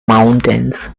mountains